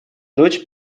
дочь